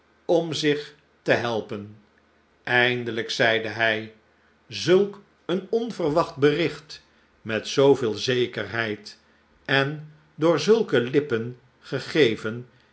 om zich te helpen eindelijk zeide hn zulk een onverwacht bericht met zooveel zekerheid en door zulke lippen gegeven